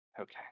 okay